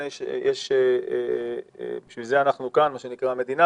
ובשביל זה המדינה כאן,